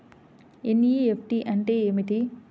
NEFT అంటే ఏమిటి?